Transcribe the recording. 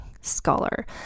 scholar